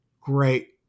great